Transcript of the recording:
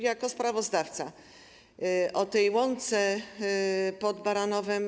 Jako sprawozdawca, o tej łące pod Baranowem.